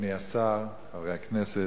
אדוני השר, חברי הכנסת,